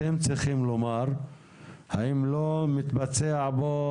אתם צריכים לומר האם לא מתבצע פה,